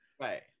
Right